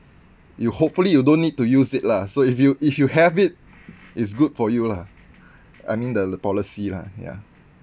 you hopefully you don't need to use it lah so if you if you have it's good for you lah I mean the policy lah ya